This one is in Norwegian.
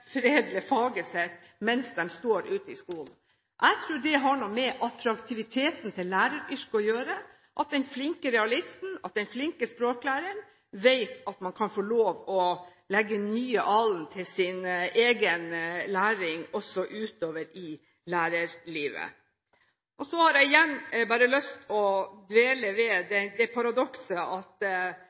mens de står ute i skolen. Jeg tror det har med attraktiviteten til læreryrket å gjøre, at den flinke realisten eller språklæreren vet at man kan få lov til å legge nye alen til sin egen læring, også utover i lærerlivet. Jeg har igjen lyst til å dvele ved det paradokset at